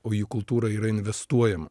o į kultūrą yra investuojama